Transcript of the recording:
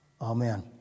Amen